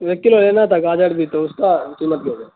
ایک کلو لینا تھا گاجر بھی تو اس کا قیمت کیسے